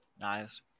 Nice